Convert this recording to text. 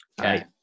Okay